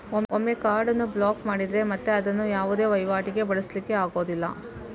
ಒಮ್ಮೆ ಕಾರ್ಡ್ ಅನ್ನು ಬ್ಲಾಕ್ ಮಾಡಿದ್ರೆ ಮತ್ತೆ ಅದನ್ನ ಯಾವುದೇ ವೈವಾಟಿಗೆ ಬಳಸ್ಲಿಕ್ಕೆ ಆಗುದಿಲ್ಲ